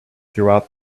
throughout